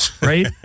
Right